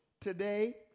today